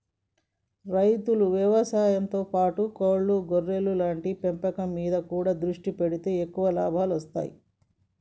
రైతులు వ్యవసాయం తో పాటు కోళ్లు గేదెలు లాంటి పెంపకం మీద కూడా దృష్టి పెడితే ఎక్కువ లాభాలొస్తాయ్